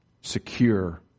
secure